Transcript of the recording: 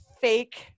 fake